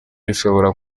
bishobora